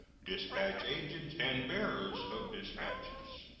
dispatch agents, and bearers of dispatches.